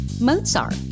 Mozart